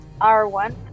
R1